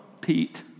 Pete